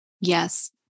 Yes